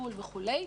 טיפול וכולי.